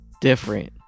different